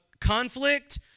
conflict